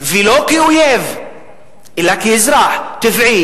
ולא כאויב, אלא כאזרח טבעי.